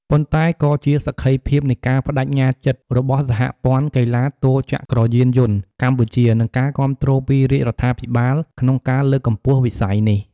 ប៉ុន្តែក៏ជាសក្ខីភាពនៃការប្ដេជ្ញាចិត្តរបស់សហព័ន្ធកីឡាទោចក្រយានយន្តកម្ពុជា និងការគាំទ្រពីរាជរដ្ឋាភិបាលក្នុងការលើកកម្ពស់វិស័យនេះ។